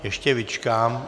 Ještě vyčkám.